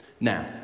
Now